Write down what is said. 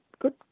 good